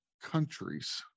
countries